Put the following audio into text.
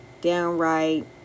downright